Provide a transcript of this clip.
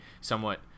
somewhat